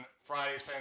Friday's